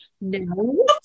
No